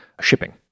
shipping